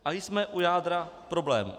A jsme u jádra problému.